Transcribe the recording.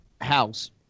house